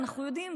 אנחנו יודעים,